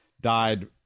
died